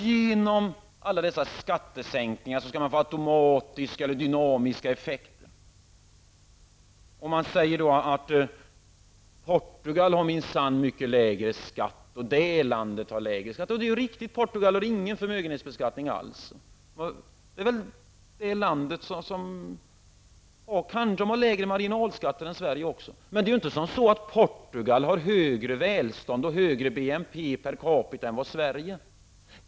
Genom alla dessa skattesänkningar skall man få automatiska eller dynamiska effekter. Man säger att t.ex. Portugal har minsann mycket lägre skatter. Det är ju riktigt, Portugal har ingen förmögenhetsbeskattning alls. De har lägre marginalskatter än Sverige också. Men det är ju inte så att Portugal har högre välstånd och högre BNP per capita än vad Sverige har.